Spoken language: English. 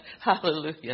Hallelujah